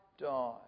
die